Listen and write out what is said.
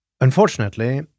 Unfortunately